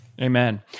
Amen